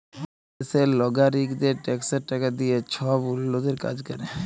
দ্যাশের লগারিকদের ট্যাক্সের টাকা দিঁয়ে ছব উল্ল্যতির কাজ ক্যরে